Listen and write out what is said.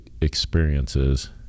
experiences